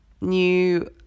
New